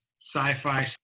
Sci-fi